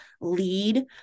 lead